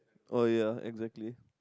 oh ya exactly